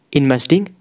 investing